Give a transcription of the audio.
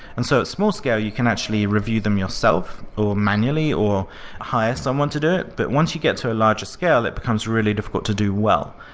and so at small scale, you can actually review them yourself or manually or hire someone to do it. but once you get to a larger scale, it becomes really difficult to do well.